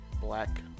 black